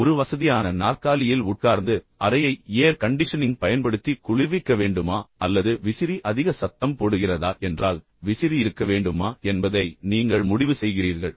எனவே ஒரு வசதியான நாற்காலியில் உட்கார்ந்து பின்னர் அறையை ஏர் கண்டிஷனிங் பயன்படுத்தி குளிர்விக்க வேண்டுமா அல்லது விசிறி அதிக சத்தம் போடுகிறதா என்றால் விசிறி இருக்க வேண்டுமா என்பதை நீங்கள் முடிவு செய்கிறீர்கள்